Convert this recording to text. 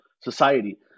society